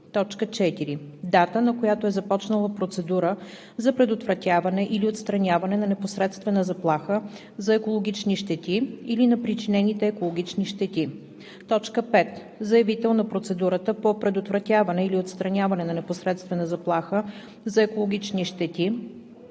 4. дата, на която е започнала процедура за предотвратяване или отстраняване на непосредствена заплаха за екологични щети или на причинените екологични щети; 5. заявител на процедурата по предотвратяване или отстраняване на непосредствена заплаха за екологични щети